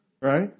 right